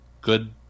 good